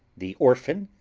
the orphan,